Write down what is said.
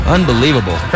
Unbelievable